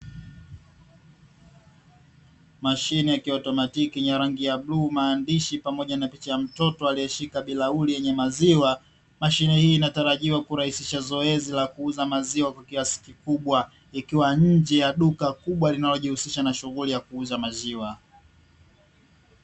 Mashine ya kiautomatiki yenye rangi ya bluu, maandishi pamoja na picha ya mtoto aliyeshika bilauri lenye maziwa. Mashine hii inatarajiwa kurahisisha zoezi la kuuza maziwa kwa kiasi kikubwa, ikiwa nje ya duka kubwa linalojihusisha na shughuli ya kuuza maziwa.